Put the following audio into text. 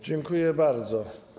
Dziękuję bardzo.